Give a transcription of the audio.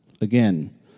again